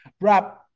Rob